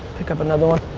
pick up another one.